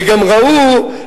וגם ראו,